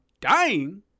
dying